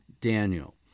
Daniel